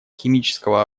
химического